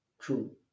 true